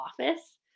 office